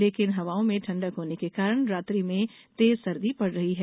लेकिन हवाओं में ठण्डक होने के कारण रात्रि में तेज सर्दी पड़ रही है